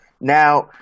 Now